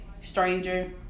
stranger